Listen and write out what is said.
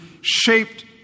shaped